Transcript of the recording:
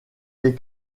des